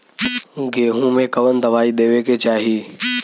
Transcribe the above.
गेहूँ मे कवन दवाई देवे के चाही?